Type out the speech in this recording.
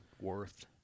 Worth